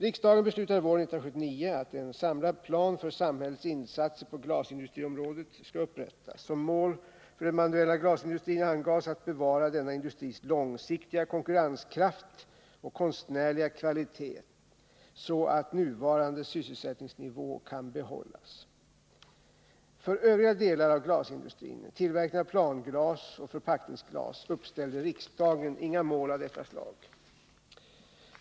Riksdagen beslutade våren 1979 att en samlad plan för samhällets insatser på glasindustriområdet skall upprättas. Som mål för den manuella glasindustrin angavs att bevara denna industris långsiktiga konkurrenskraft och konstnärliga kvalitet så att nuvarande sysselsättningsnivå kan behållas . För övriga delar av glasindustrin, tillverkningen av planglas och förpackningsglas, uppställde riksdagen inga mål av detta slag.